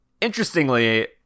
Interestingly